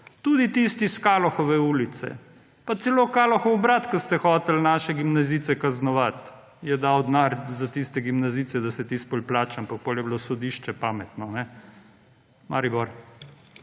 tudi tisti iz Kalohove ulice. Pa celo Kalohov brat, ko ste hoteli naše gimnazijce kaznovati, je dal denar za tiste gimnazijce, da se tisto poplača, in potem je bilo sodišče pametno. Maribor.